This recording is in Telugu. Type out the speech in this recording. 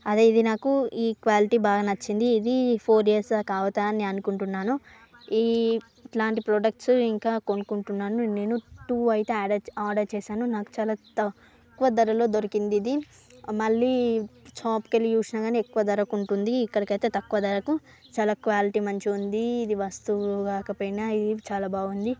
అదే ఇది నాకు ఈ క్వాలిటీ బాగా నచ్చింది ఇది ఫోర్ ఇయర్స్ గా అవ్వదు అని అనుకుంటున్నాను ఈ ఇట్లాంటి ప్రొడక్ట్స్ ఇంకా కొనుక్కుంటున్నాను నేను టు అయితే ఆడ్ ఆర్డర్ చేశాను నాకు చాలా తక్కువ ధరలో దొరికింది ఇది మళ్లీ షాప్ కి వెళ్లి చూసినా గాని ఎక్కువ ధరకు ఉంటుంది ఇక్కడికి అయితే తక్కువ ధరకు చాలా క్వాలిటీ మంచిగా ఉంది ఇది వస్తువు కాకపోయినా ఇది చాలా బాగుంది